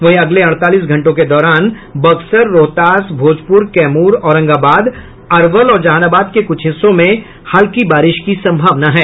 वहीं अगले अड़तालीस घंटों के दौरान बक्सर रोहतास भोजपुर कैमूर औरंगाबाद अरवल और जहानाबाद के कुछ हिस्सों में हल्की बारिश की संभावना है